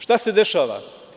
Šta se dešava?